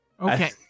Okay